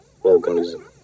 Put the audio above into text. organism